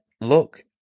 look